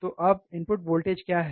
तो अब input voltage क्या है